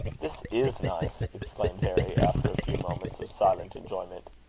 this is nice! exclaimed harry, after a few moments of silent enjoyment.